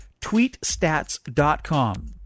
Tweetstats.com